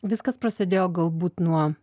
viskas prasidėjo galbūt nuo